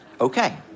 okay